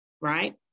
Right